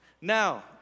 Now